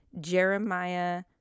Jeremiah